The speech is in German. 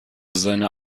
seiner